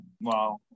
Wow